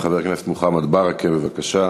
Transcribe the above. חבר הכנסת מוחמד ברכה, בבקשה.